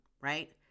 right